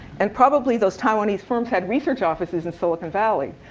and probably those taiwanese firms had research offices in silicon valley.